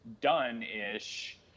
done-ish